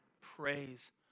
praise